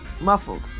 muffled